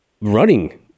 running